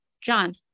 John